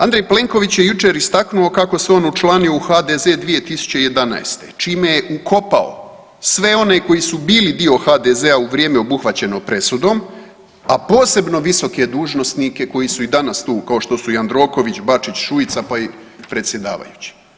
Andrej Plenković je jučer istaknuo kako se on učlanio 2011. čime je ukopao sve one koji su bili dio HDZ-a u vrijeme obuhvaćeno presudom, a posebno visoke dužnosnike koji su i danas tu kao što su Jandroković, Bačić, Šuica pa i predsjedavajući.